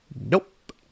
Nope